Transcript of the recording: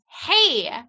hey